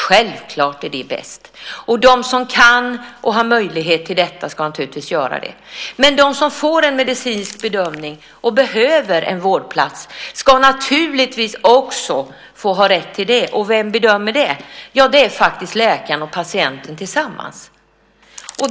Självklart är det bäst, och de som kan och har möjlighet ska naturligtvis göra det. Men de som får en medicinsk bedömning och behöver en vårdplats ska naturligtvis också ha rätt till det. Och vem är det som gör den bedömningen? Jo, det är faktiskt läkaren och patienten tillsammans.